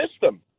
system